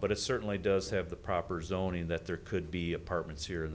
but it certainly does have the proper zoning that there could be apartments here in